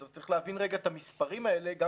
צריך להבין רגע את המספרים האלה גם